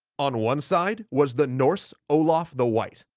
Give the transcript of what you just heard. on one side was the norse olaf the white,